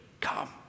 Come